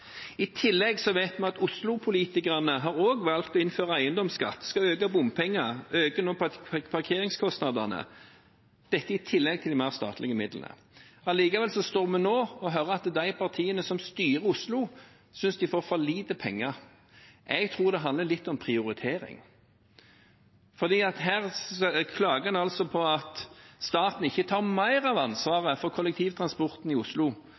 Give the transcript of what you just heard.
I tillegg vet vi at Oslo-politikerne har valgt å innføre eiendomsskatt, de skal øke bompengene, de øker nå parkeringskostnadene – dette i tillegg til mer statlige midler. Allikevel står vi nå og hører at de partiene som styrer Oslo, synes de får for lite penger. Jeg tror det handler litt om prioritering, for her klager en på at staten ikke tar mer av ansvaret for kollektivtransporten i Oslo,